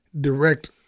direct